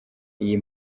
iyi